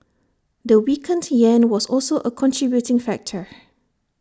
the weakened Yen was also A contributing factor